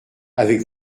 avec